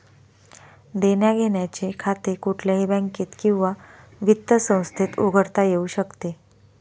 देण्याघेण्याचे खाते कुठल्याही बँकेत किंवा वित्त संस्थेत उघडता येऊ शकते